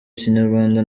kinyarwanda